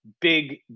big